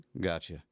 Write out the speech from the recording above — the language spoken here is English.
Gotcha